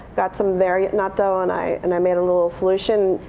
got some very natto and i and i made a little solution,